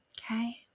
Okay